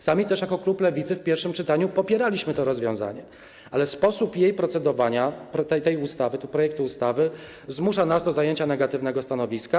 Sami też, jako klub Lewicy, w pierwszym czytaniu popieraliśmy to rozwiązanie, ale sposób procedowania nad tym projektem ustawy zmusza nas do zajęcia negatywnego stanowiska.